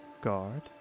guard